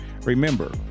Remember